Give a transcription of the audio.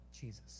Jesus